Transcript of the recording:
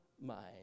mind